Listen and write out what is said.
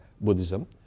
Buddhism